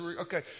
okay